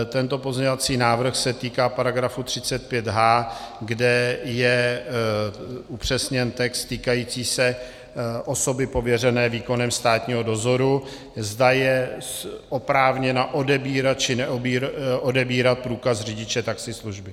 Tento pozměňovací návrh se týká § 35h, kde je upřesněn text týkající se osoby pověřené výkonem státního dozoru, zda je oprávněna odebírat či neodebírat průkaz řidiče taxislužby.